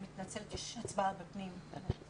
אני מתנצלת, יש הצבעה בוועדת פנים.